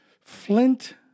Flint